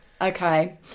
Okay